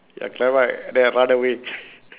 ya climb up then run away